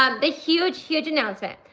um the huge, huge announcement.